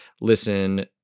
listen